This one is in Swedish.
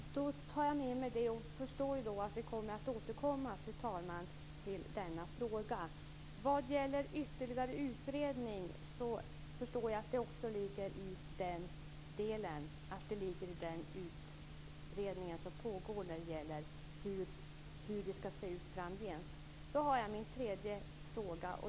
Fru talman! Då tar jag med mig det. Jag förstår att vi kommer att återkomma till denna fråga. Jag förstår att detta med en ytterligare utredning också ligger i den utredning som pågår om hur det skall se ut framgent. Låt mig då ställa min tredje fråga.